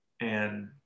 And-